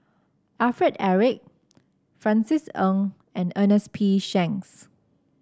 Alfred Eric Francis Ng and Ernest P Shanks